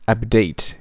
Update